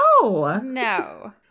No